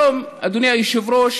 היום, אדוני היושב-ראש,